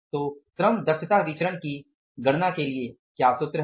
तो श्रम दक्षता विचरण की गणना के लिए क्या सूत्र है